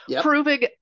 Proving